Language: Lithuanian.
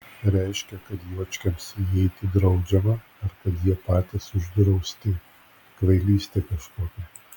reiškia kad juočkiams įeiti draudžiama ar kad jie patys uždrausti kvailystė kažkokia